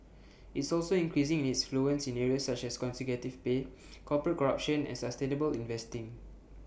it's also increasing its influence in areas such as executive pay corporate corruption and sustainable investing